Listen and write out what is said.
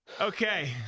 Okay